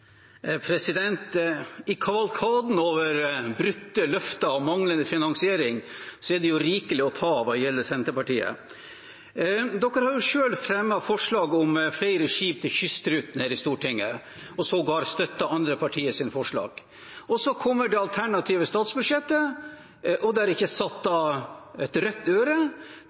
I kavalkaden over brutte løfter og manglende finansiering er det rikelig å ta av hva gjelder Senterpartiet. De har jo selv fremmet forslag her i Stortinget om flere skip til Kystruten og sågar støttet andre partiers forslag. Så kommer det alternative statsbudsjettet, og der er det ikke satt av et rødt øre